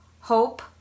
Hope